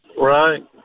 Right